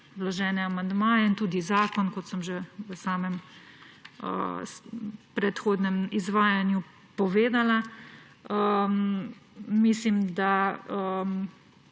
vložene amandmaje in tudi zakon, kot sem že v samem predhodnem izvajanju povedala. Kar zadeva